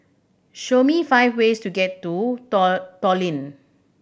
show me five ways to get to Tallinn